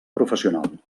professional